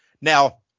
Now